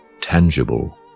tangible